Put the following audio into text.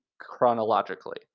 chronologically